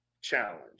challenge